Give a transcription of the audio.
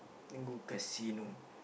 and go casino